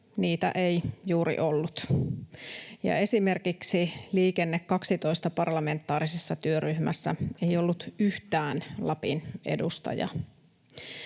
niitä ei juuri ollut. Ja esimerkiksi Liikenne 12 ‑parlamentaarisessa työryhmässä ei ollut yhtään Lapin edustajaa.